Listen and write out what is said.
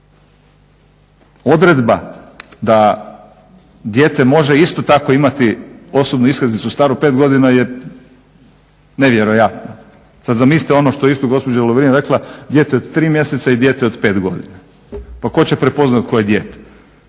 Odredba da dijete može isto tako imati osobnu iskaznicu staru pet godina je nevjerojatna. Sad zamislite ono što je isto gospođa Lovrin rekla dijete od 3 mjeseca i dijete od 5 godina. Pa tko će prepoznati koje dijete?